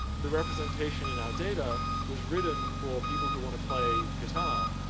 the representation in our data was written for people who wanna play guitar,